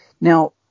now